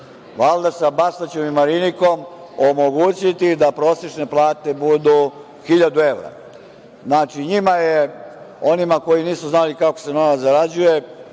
valjda sa Bastaćem i Marinkom, omogućiti da prosečne plate budu hiljadu evra. Znači, njima je, onima koji nisu znali kako se novac zarađuje,